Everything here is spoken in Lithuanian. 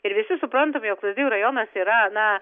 ir visi suprantam jog lazdijų rajonas yra na